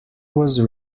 was